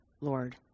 Lord